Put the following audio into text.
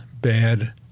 bad